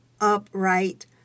upright